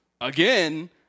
again